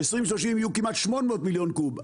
ב-2030 יהיו כמעט 800 מיליון קוב.